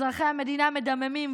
אזרחי המדינה מדממים,